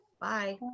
Bye